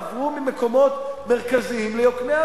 עברו ממקומות מרכזיים ליוקנעם,